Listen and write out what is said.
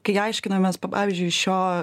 kai aiškinamės pavyzdžiui šio